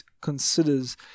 considers